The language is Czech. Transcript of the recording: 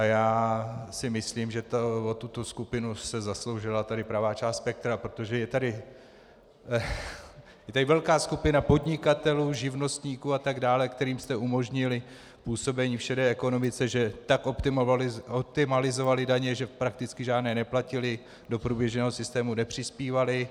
Já si myslím, že o tuto skupinu se zasloužila tady pravá část spektra, protože je tady tak velká skupina podnikatelů, živnostníků a tak dále, kterým jste umožnili působení v šedé ekonomice, že tak optimalizovali daně, že prakticky žádné neplatili, do průběžného systému nepřispívali.